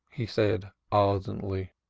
he said ardently.